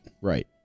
Right